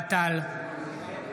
אינו נוכח